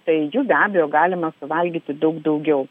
tai jų be abejo galima suvalgyti daug daugiau